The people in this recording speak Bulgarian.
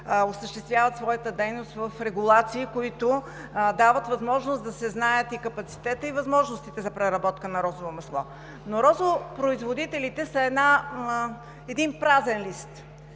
осъществяват своята дейност в регулации, които дават възможност да се знаят и капацитетът, и възможностите за преработка на розово масло, но розопроизводителите са един празен лист